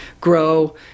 grow